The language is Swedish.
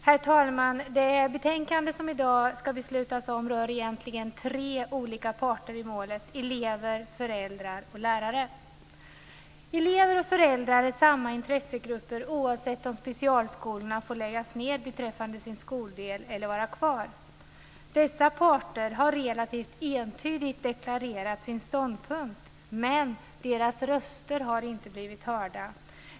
Herr talman! Det betänkande som det i dag ska beslutas om rör egentligen tre olika parter i målet: elever, föräldrar och lärare. Elever och föräldrar är samma intressegrupper, oavsett om specialskolorna får läggas ned beträffande sin skoldel eller om de får vara kvar. Dessa parter har relativt entydigt deklarerat sin ståndpunkt men deras röster har inte blivit hörda.